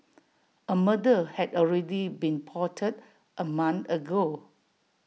A murder had already been plotted A month ago